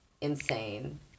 insane